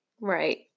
Right